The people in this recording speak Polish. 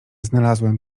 znalazłem